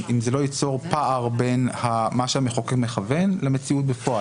אם זה לא ייצור פער בין מה שהמחוקק מכוון למציאות בפועל.